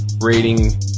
rating